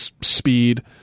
speed